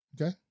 Okay